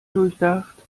durchdacht